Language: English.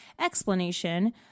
explanation